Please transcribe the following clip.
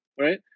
Right